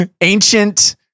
Ancient